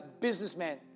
businessman